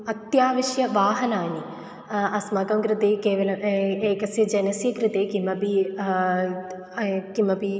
अत्यावश्यकानि वाहनानि अस्माकं कृते केवलम् एकस्य जनस्य कृते किमपि किमपि